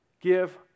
give